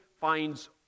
finds